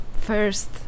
first